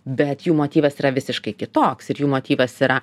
bet jų motyvas yra visiškai kitoks ir jų motyvas yra